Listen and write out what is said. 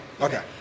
Okay